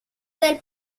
del